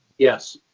yes.